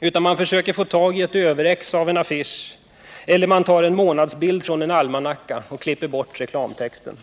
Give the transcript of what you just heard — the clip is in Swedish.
utan de försöker få tag i ett överexemplar av en affisch eller tar en månadsbild från en almanacka och klipper bort reklamtexten.